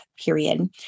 period